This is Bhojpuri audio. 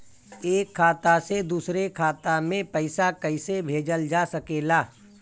एक खाता से दूसरे खाता मे पइसा कईसे भेजल जा सकेला?